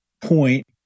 point